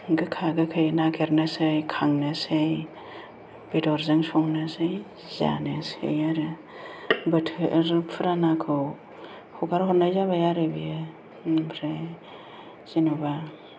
गोखा गोखै नागिरनोसै खांनोसै बेदरजों संनोसै जानोसै आरो बोथोर पुरानाखौ हगारहरनाय जाबाय आरो बेयो जोंनिफ्राय जेनेबा